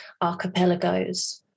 archipelagos